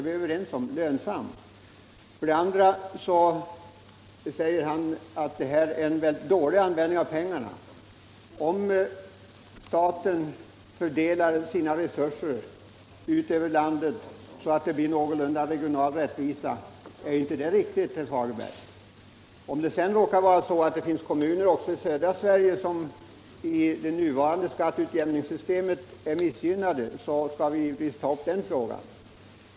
Vidare sade herr Fagerlund att detta är mycket dåligt använda pengar. Men om staten fördelar sina resurser över landet så att den regionala fördelningen blir någorlunda rättvis, är inte det riktigt, herr Fagerlund? Om det sedan också i södra Sverige finns kommuner som är missgynnade i det nuvarande skatteutjämningssystemet, så skall vi givetvis ta upp den frågan.